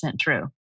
true